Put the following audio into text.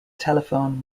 telephone